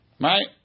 Right